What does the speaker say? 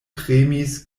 tremis